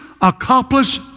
accomplish